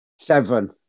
seven